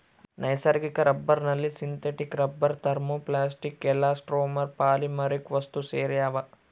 ನೈಸರ್ಗಿಕ ರಬ್ಬರ್ನಲ್ಲಿ synthetic rubber thermoplastic elastomer polymeric ವಸ್ತುಸೇರ್ಯಾವ